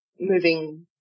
moving